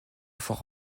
fort